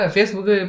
Facebook